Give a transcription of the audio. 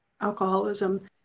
alcoholism